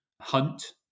hunt